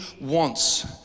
wants